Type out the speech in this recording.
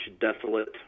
desolate